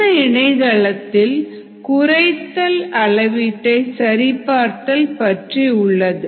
இந்த இணைதளத்தில் குறைத்தல் அளவீட்டை சரிபார்த்தல் பற்றி உள்ளது